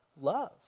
love